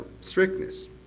strictness